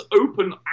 open